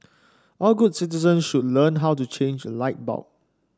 all good citizens should learn how to change a light bulb